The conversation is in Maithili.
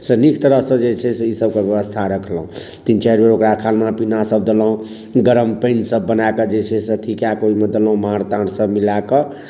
से नीक तरह से जे छै से ईसभके व्यवस्था रखलहुँ तीन चारि बेर ओकरा खाना पीनासभ देलहुँ गरम पानिसभ बना कऽ से जे छै से अथि कए कऽ ओहिमे देलहुँ माँड़ ताँड़ सभ मिला कऽ